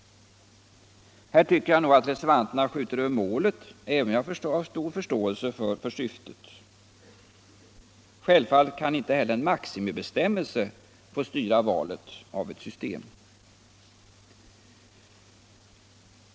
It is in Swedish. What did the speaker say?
Här tycker jag att reservanterna skjuter över målet, även om jag har stor förståelse för syftet. Självfallet kan inte heller en maximibestämmelse få styra valet av ett system.